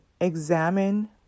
examine